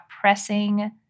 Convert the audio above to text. pressing